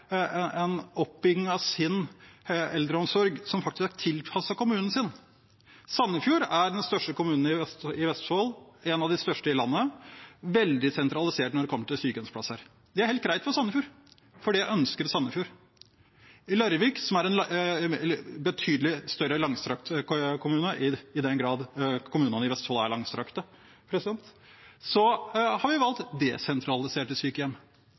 av de største i landet og er veldig sentralisert når det gjelder sykehjemsplasser. Det er helt greit for Sandefjord, for det ønsker Sandefjord. I Larvik, som er en betydelig større, langstrakt kommune, i den grad kommunene i Vestfold er langstrakte, har man valgt desentraliserte sykehjem.